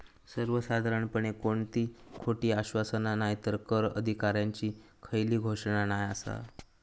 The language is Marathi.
सर्वसाधारणपणे कोणती खोटी आश्वासना नायतर कर अधिकाऱ्यांची खयली घोषणा नाय आसा